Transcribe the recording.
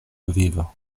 vivo